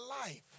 life